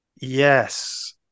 Yes